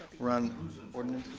we're on ordinance.